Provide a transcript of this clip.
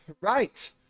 right